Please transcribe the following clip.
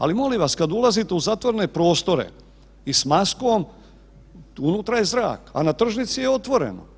Ali molim vas kada ulazite u zatvorene prostore i s maskom unutra je zrak, a na tržnici je otvoreno.